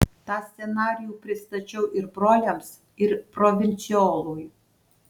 tą scenarijų pristačiau ir broliams ir provincijolui